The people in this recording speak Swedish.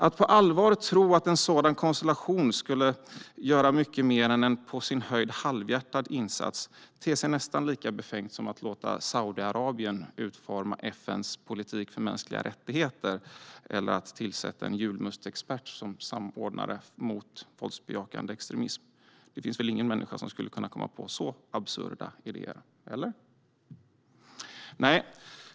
Att på allvar tro att en sådan konstellation skulle göra mer än en på sin höjd halvhjärtad insats ter sig nästan lika befängt som att låta Saudiarabien utforma FN:s politik för mänskliga rättigheter eller att tillsätta en julmustexpert som samordnare mot våldsbejakande extremism. Det finns väl ingen människa som skulle kunna komma på så absurda idéer. Eller?